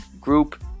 Group